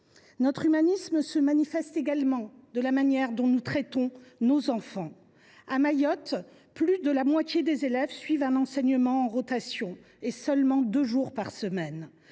Notre humanisme s’exprime également par la manière dont nous traitons nos enfants. À Mayotte, plus de la moitié des élèves suivent un enseignement en rotation et seulement deux jours par semaine.